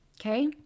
okay